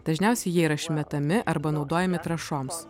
dažniausiai jie yra išmetami arba naudojami trąšoms